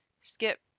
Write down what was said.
skip